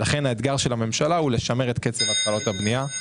האתגר של הממשלה הוא לשמר ולהאיץ את קצב התחלות הבנייה.